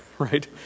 Right